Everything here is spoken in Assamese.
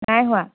নাই হোৱা